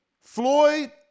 floyd